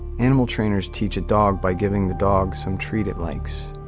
animal trainers teach a dog by giving the dog some treat it likes.